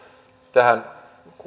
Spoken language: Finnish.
tähän